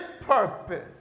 purpose